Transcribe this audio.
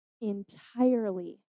entirely